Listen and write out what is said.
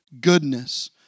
goodness